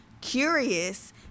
curious